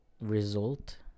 result